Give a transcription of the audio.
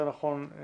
יותר נכון,